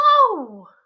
Whoa